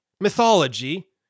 mythology